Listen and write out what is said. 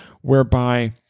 whereby